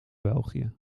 belgië